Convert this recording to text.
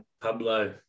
Pablo